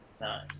Nice